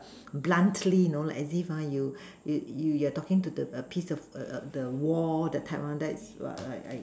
bluntly you know like as if you you you you're talking to the a piece of err the the wall that type one that is like